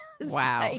Wow